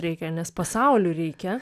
reikia nes pasauliui reikia